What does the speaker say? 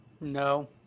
No